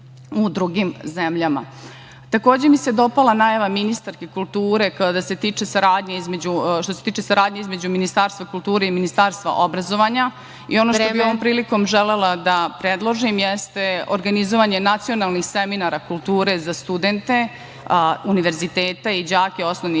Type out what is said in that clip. mi se dopala najava ministarke kulture, što se tiče saradnje između Ministarstva kulture i Ministarstva obrazovanja.(Predsedavajuća: Vreme.)Ono što bih ovom prilikom želela da predložim jeste organizovanje nacionalnih seminara kulture za studente univerziteta i đake osnovnih i srednjih